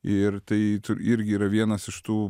ir tai tu irgi yra vienas iš tų